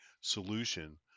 solution